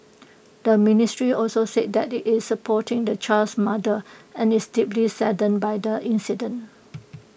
the ministry also said that IT is supporting the child's mother and is deeply saddened by the incident